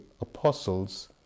Apostles